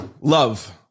Love